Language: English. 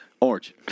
Orange